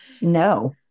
No